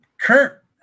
Kurt